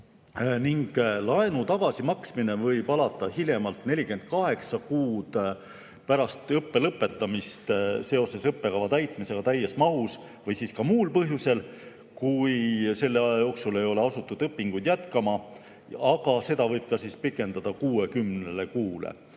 Laenu tagasimaksmine võib alata hiljemalt 48 kuud pärast õppe lõpetamist seoses õppekava täitmisega täies mahus või siis ka muul põhjusel, kui selle aja jooksul ei ole asutud õpinguid jätkama. Aga seda võib ka pikendada 60 kuuni.